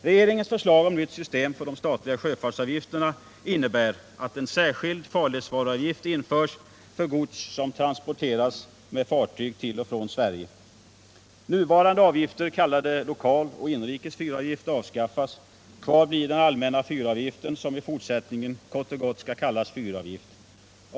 Regeringens förslag om nytt system för de statliga sjöfartsavgifterna innebär att en särskild farledsvaruavgift införs för gods som transporteras med fartyg till och från Sverige. Nuvarande avgifter, kallade lokal och inrikes fyravgift, avskaffas. Kvar blir den allmänna fyravgiften, som i fortsättningen kort och gott skall kallas fyravgift.